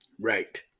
right